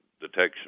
detection